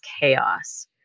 chaos